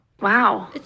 Wow